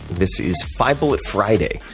this is five bullet friday.